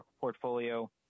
portfolio